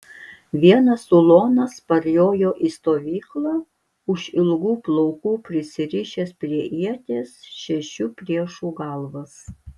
vienas ulonas parjojo į stovyklą už ilgų plaukų prisirišęs prie ieties šešių priešų galvas